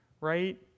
right